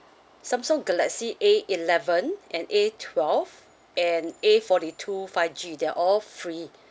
Samsung galaxy A eleven and A twelve and A forty two five G they're all free